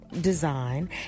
design